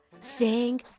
sing